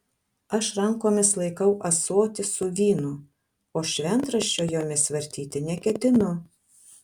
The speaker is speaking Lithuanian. aš rankomis laikau ąsotį su vynu o šventraščio jomis vartyti neketinu